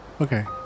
Okay